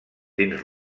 dins